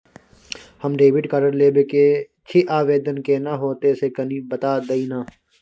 हम debit card लेब के छि, आवेदन केना होतै से कनी बता दिय न?